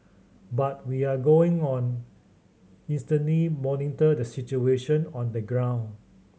but we are going on constantly monitor the situation on the ground